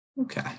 Okay